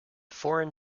foreign